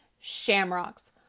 shamrocks